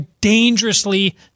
dangerously